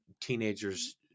teenagers